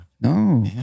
No